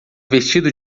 vestido